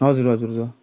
हजुर हजुर